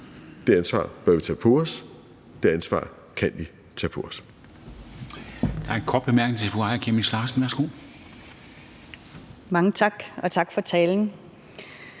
Det ansvar bør vi tage på os, det ansvar kan vi tage på os.